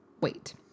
wait